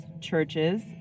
churches